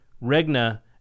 Regna